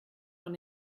von